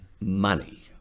money